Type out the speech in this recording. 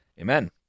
Amen